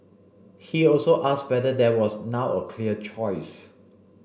he also asked whether there was now a clear choice